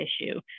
issue